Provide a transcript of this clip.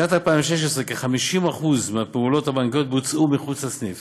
בשנת 2016 כ-50% מהפעולות הבנקאיות בוצעו מחוץ לסניף,